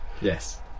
Yes